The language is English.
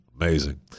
Amazing